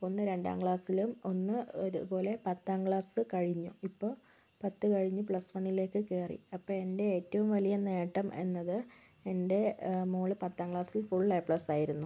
ഒന്ന് രണ്ടാം ക്ലാസ്സിലും ഒന്ന് ഇതുപോലെ പത്താം ക്ലാസ് കഴിഞ്ഞു ഇപ്പോൾ പത്ത് കഴിഞ്ഞ് പ്ലസ് വണ്ണിലേക്ക് കയറി അപ്പം എൻ്റെ ഏറ്റവും വലിയ നേട്ടം എന്നത് എൻ്റെ മോള് പത്താം ക്ലാസ്സിൽ ഫുൾ എ പ്ലസ് ആയിരുന്നു